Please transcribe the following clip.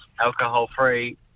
alcohol-free